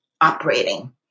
operating